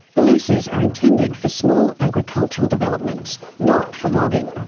the leases are intended for small agricultural developments, not for logging,